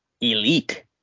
elite